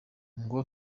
ngo